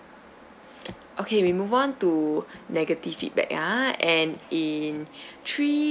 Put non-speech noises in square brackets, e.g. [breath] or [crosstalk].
okay we move on to negative feedback ah and in [breath]